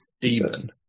Demon